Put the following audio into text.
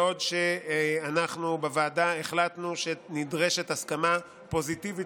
בעוד שאנחנו בוועדה החלטנו שנדרשת הסכמה פוזיטיבית